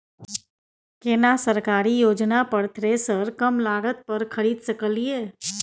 केना सरकारी योजना पर थ्रेसर कम लागत पर खरीद सकलिए?